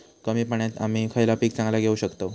कमी पाण्यात आम्ही खयला पीक चांगला घेव शकताव?